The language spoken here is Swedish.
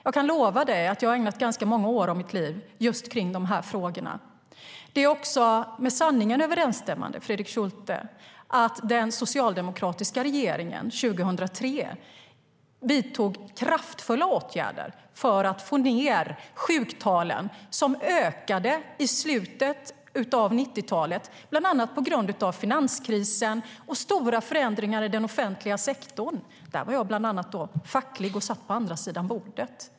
Jag kan lova dig att jag har ägnat ganska många år av mitt liv just åt dessa frågor. Det är också med sanningen överensstämmande, Fredrik Schulte, att den socialdemokratiska regeringen 2003 vidtog kraftfulla åtgärder för att få ned sjuktalen, som ökade i slutet av 90-talet bland annat på grund av finanskrisen och stora förändringar i den offentliga sektorn. Där var jag bland annat facklig och satt på den andra sidan bordet.